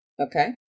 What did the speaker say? Okay